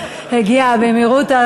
הגיע במהירות,